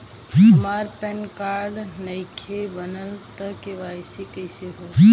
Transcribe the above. हमार PAN card नईखे बनल त के.वाइ.सी कइसे होई?